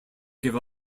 gave